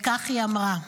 וכך היא אמרה.